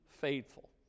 faithful